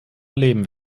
erleben